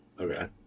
Okay